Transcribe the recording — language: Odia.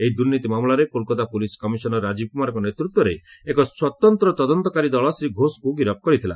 ଏହି ଦୁର୍ନୀତି ମାମଲାରେ କୋଲ୍କାତା ପୁଲିସ୍ କମିଶନର ରାଜୀବ୍ କୁମାରଙ୍କ ନେତୃତ୍ୱରେ ଏକ ସ୍ୱତନ୍ତ୍ର ତଦନ୍ତକାରୀ ଦଳ ଶ୍ରୀ ଘୋଷଙ୍କୁ ଗିରଫ କରିଥିଲା